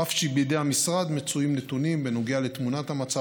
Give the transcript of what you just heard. אף שבידי המשרד מצויים נתונים בנוגע לתמונת המצב